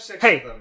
Hey